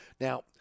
Now